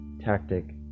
tactic